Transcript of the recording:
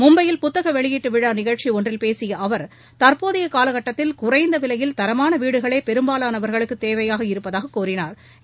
மும்பையில் புத்தக வெளியீட்டு விழா நிகழ்ச்சி ஒன்றில் பேசிய அவர் தற்போதைய காலகட்டத்தில் குறைந்த விலையில் தரமான வீடுகளே பெரும்பாலனவா்களுக்கு தேவையாக இருப்பதாக கூறினாா்